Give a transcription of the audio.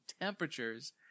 temperatures